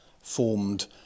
formed